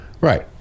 Right